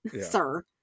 sir